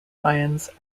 ions